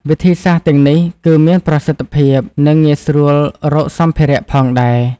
វិធីសាស្ត្រទាំងនេះគឺមានប្រសិទ្ធភាព និងងាយស្រួលរកសម្ភារៈផងដែរ។